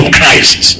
Christ